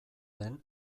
den